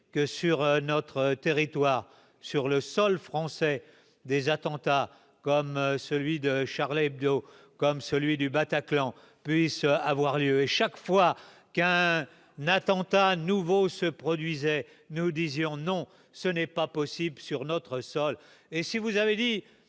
que sur notre territoire sur le sol français des attentats comme celui de Charlie-Hebdo, comme celui du Bataclan puisse avoir lieu, chaque fois qu'un n'attentat à nouveau se produisait, nous disions non ce n'est pas possible sur notre sol